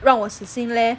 让我死心 leh